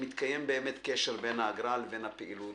שמתקיים באמת קשר בין האגרה לבין הפעילות